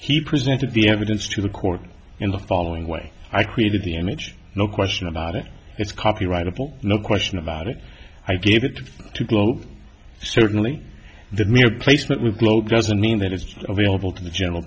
he presented the evidence to the court in the following way i created the image no question about it it's copyrightable no question about it i gave it to globe certainly the mere placement with globe doesn't mean that it's available to the general